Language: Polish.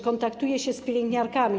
Kontaktuję się też z pielęgniarkami.